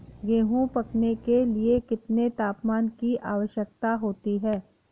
गेहूँ पकने के लिए कितने तापमान की आवश्यकता होती है?